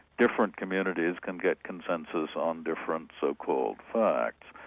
different communities can get consensus on different so-called facts.